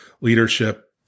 leadership